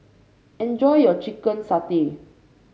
enjoy your Chicken Satay